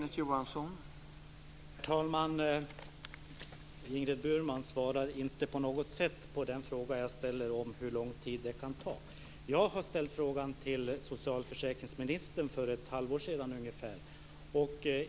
Herr talman! Ingrid Burman svarade inte på något sätt på den fråga jag ställde om hur lång tid det kan ta. Jag ställde den frågan till socialförsäkringsministern för ungefär ett halvår sedan.